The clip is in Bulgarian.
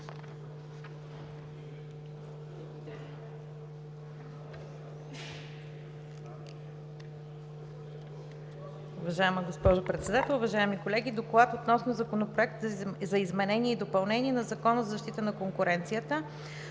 Уважаема госпожо Председател, уважаеми колеги! „ДОКЛАД относно Законопроект за изменение и допълнение на Закона на защита на конкуренцията,